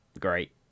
Great